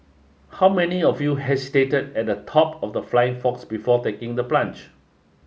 how many of you hesitated at the top of the flying fox before taking the plunge